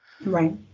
Right